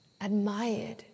admired